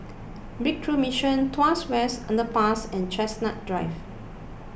Breakthrough Mission Tuas West Underpass and Chestnut Drive